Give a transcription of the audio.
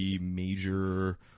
major –